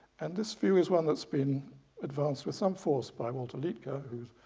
and this view is one that's been advanced with some force by walter liedtke who